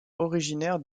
originaires